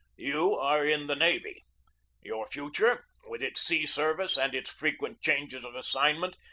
you are in the navy your future, with its sea-service and its frequent changes of assignment,